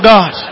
God